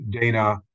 dana